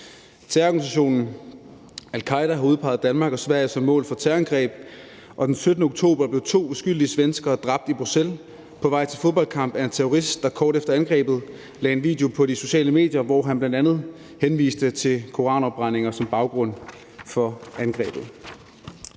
Terrororganisationen al-Qaeda har udpeget Danmark og Sverige som mål for terrorangreb, og den 17. oktober blev to uskyldige svenskere dræbt i Bruxelles på vej til fodboldkamp af en terrorist, der kort efter angrebet lagde en video på de sociale medier, hvor han bl.a. henviste til koranafbrændinger som baggrund for angrebet.